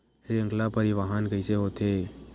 श्रृंखला परिवाहन कइसे होथे?